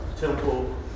temple